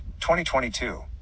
2022